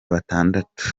batandatu